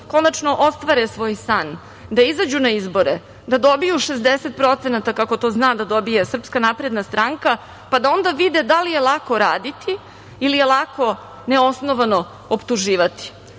konačno ostvare svoj san, da izađu na izbore, da dobiju 60%, kako to zna dobije SNS, pa da onda vide da li je lako raditi ili je lako neosnovano optuživati. Uz